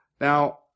Now